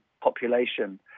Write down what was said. population